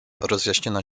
rozjaśniona